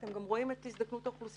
ואתם גם רואים את הזדקנות האוכלוסייה.